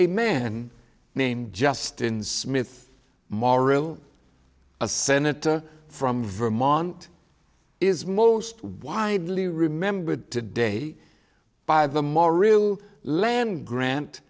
a man named justin smith murrell a senator from vermont is most widely remembered today by the more real land grant